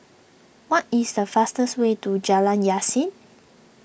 what is the fastest way to Jalan Yasin